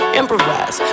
improvise